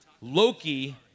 Loki